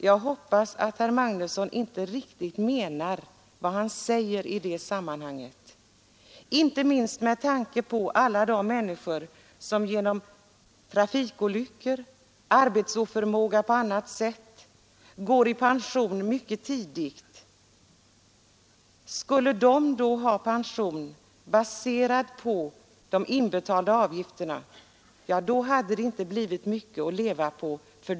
Jag hoppas att herr Magnusson inte riktigt menar vad han säger, inte minst med tanke på alla de människor som på grund av trafikolyckor eller arbetsoförmåga på annat sätt går i pension mycket tidigt. Skulle de få pension baserad på de inbetalda avgifterna, då skulle de inte ha mycket att leva på.